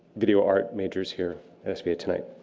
video art majors here at sva tonight.